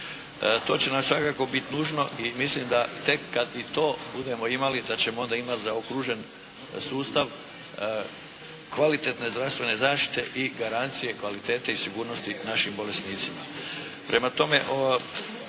To će nam svakako biti nužno i mislim da tek kada i to budemo imali, da ćemo onda imati zaokružen sustav kvalitetne zdravstvene zaštite i garancije kvalitete i sigurnosti našim bolesnicima.